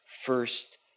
first